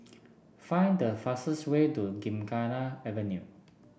find the fastest way to Gymkhana Avenue